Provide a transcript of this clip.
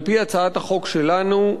על-פי הצעת החוק שלנו,